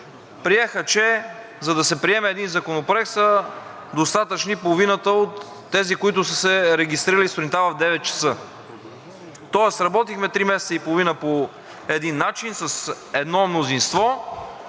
приеха, че за да се приеме един законопроект, са достатъчни половината от тези, които са се регистрирали сутринта в 9,00 часа. Тоест работихме три месеца и половина по един начин, с едно мнозинство,